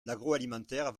l’agroalimentaire